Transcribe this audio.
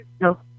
No